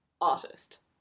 artist